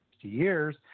years